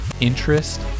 Interest